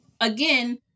again